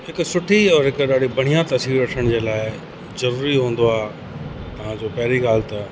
हिकु सुठी और हिकु ॾाढी बढ़िया तस्वीर वठण जे लाइ ज़रूरी हूंदो आहे तव्हांजो पहिरीं ॻाल्हि त